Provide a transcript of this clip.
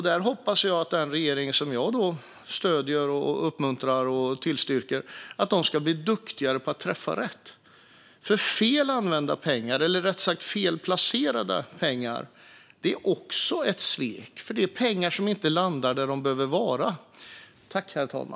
Där hoppas jag att den regering som jag stöder, uppmuntrar och tillstyrker ska bli duktigare på att träffa rätt. Fel använda pengar, eller rättare sagt fel placerade pengar, är också ett svek, för det är pengar som inte landar där de behöver vara.